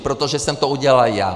Protože jsem to udělal já.